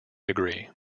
degree